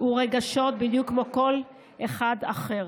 ורגשות בדיוק כמו לכל אחד אחר.